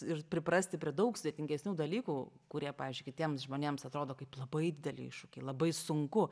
ir priprasti prie daug sudėtingesnių dalykų kurie pavyzdžiui kitiems žmonėms atrodo kaip labai dideli iššūkiai labai sunku